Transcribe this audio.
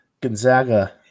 Gonzaga